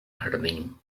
jardín